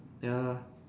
ya